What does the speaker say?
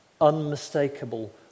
unmistakable